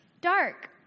dark